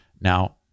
Now